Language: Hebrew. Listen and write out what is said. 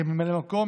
כממלא מקום,